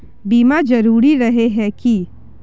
बीमा जरूरी रहे है की?